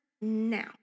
now